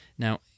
Now